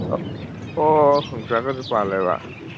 ꯑꯣ ꯌꯣꯡꯆꯥꯛꯀꯁꯨ ꯄꯥꯜꯂꯦꯕ